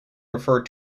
referred